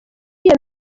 iyo